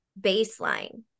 baseline